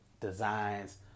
designs